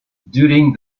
during